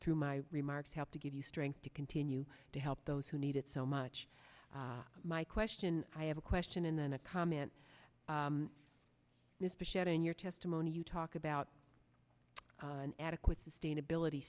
through my remarks help to give you strength to continue to help those who need it so much my question i have a question and then a comment on this but yet in your testimony you talk about an adequate sustainability